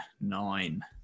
nine